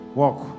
walk